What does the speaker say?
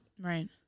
Right